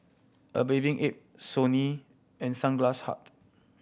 A Bathing Ape Sony and Sunglass Hut